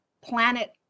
planet